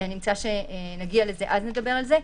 אני מציעה שנגיע לזה ואז נדבר על זה.